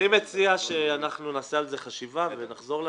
אני מציע שאנחנו נעשה על זה חשיבה ונחזור לאדוני.